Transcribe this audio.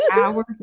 hours